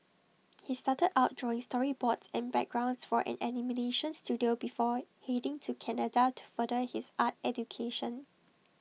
he started out drawing storyboards and backgrounds for an animation Studio before heading to Canada to further his art education